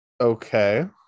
Okay